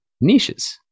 niches